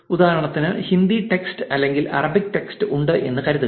ഉദാഹരണത്തിന് ഹിന്ദി ടെക്സ്റ്റ് അല്ലെങ്കിൽ Arabic text ഉണ്ട് എന്ന് കരുതുക